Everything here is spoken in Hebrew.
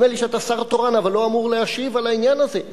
נדמה לי שאתה השר התורן אבל לא אמור להשיב על העניין הזה.